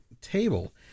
table